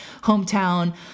hometown